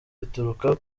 bituruka